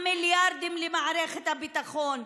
המיליארדים למערכת הביטחון,